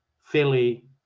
Philly